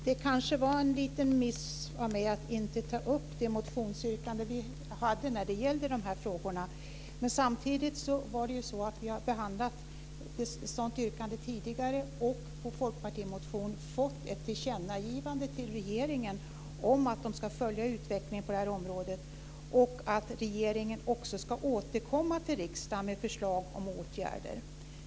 Herr talman! Det var kanske en liten miss av mig att inte ta upp det motionsyrkande som vi har framfört i dessa frågor. Vi har dock tidigare behandlat ett sådant yrkande i en folkpartimotion och fått igenom ett tillkännagivande från riksdagen till regeringen att den ska följa utvecklingen på det här området och återkomma till riksdagen med förslag till åtgärder.